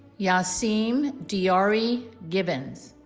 yasim diarry givens